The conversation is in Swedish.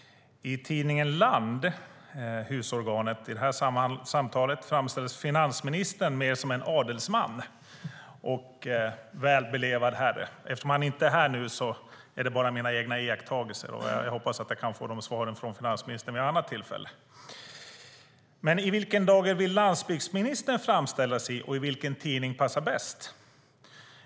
I tidningen Land, husorganet i det här samtalet, framställdes finansministern mer som en adelsman och belevad herre. Eftersom han inte är här nu är det bara mina egna iakttagelser - jag hoppas att jag kan få de svaren från finansministern vid något annat tillfälle. I vilken dager vill landsbygdsministern framställas, och vilken tidning passar bäst?